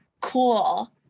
cool